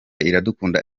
iradukunda